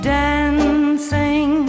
dancing